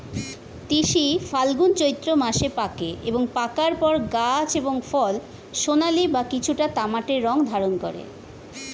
তিসি ফাল্গুন চৈত্র মাসে পাকে এবং পাকার পর গাছ এবং ফল সোনালী বা কিছুটা তামাটে রং ধারণ করে